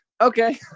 Okay